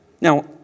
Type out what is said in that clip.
Now